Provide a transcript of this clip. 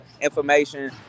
information